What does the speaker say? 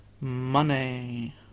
money